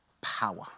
power